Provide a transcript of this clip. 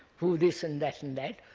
who this and that and that,